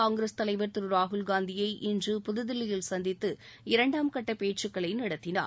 காங்கிரஸ் தலைவர் திரு ராகுல்காந்தியை இன்று புதுதில்லியில் சந்தித்து இரண்டாம் கட்டப் பேச்சுக்களை நடத்தினார்